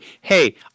hey